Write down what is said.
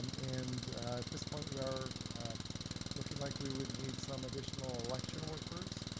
and at this point we are looking like we would need some additional election workers.